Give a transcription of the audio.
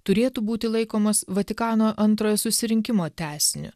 turėtų būti laikomos vatikano antrojo susirinkimo tęsiniu